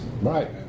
right